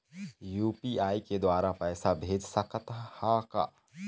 UPI के द्वारा पैसा भेज सकत ह का?